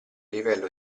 livello